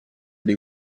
dei